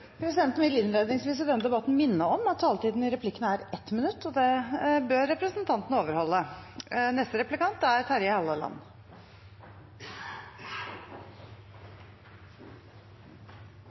Presidenten vil innledningsvis i denne debatten minne om at taletiden i replikkene er 1 minutt, og det bør representantene overholde. Arbeiderpartiet leverte et klimagassutslippsvedlegg til årets budsjett, som er